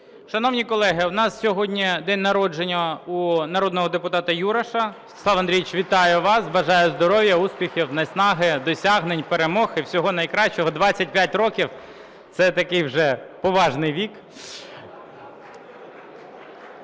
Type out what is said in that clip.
Шановні колеги, у нас сьогодні день народження у народного депутата Юраша. Святослав Андрійович, вітаю вас! Бажаю здоров'я, успіхів, наснаги, досягнень, перемог і всього найкращого! 25 років – це такий вже поважний вік.